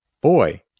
boy